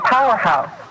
Powerhouse